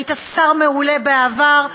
היית שר מעולה בעבר,